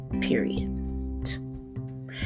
Period